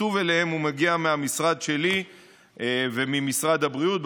והתקצוב לכך מגיע מהמשרד שלי וממשרד הבריאות.